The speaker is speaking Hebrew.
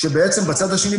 כשבעצם בצד השני,